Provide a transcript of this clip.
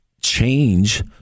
change